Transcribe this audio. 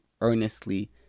earnestly